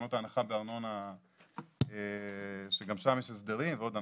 לתקנות ההנחה בארנונה שגם שם יש הסדרים ועוד הנחות,